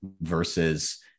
versus